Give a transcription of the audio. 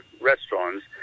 restaurants